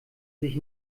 sich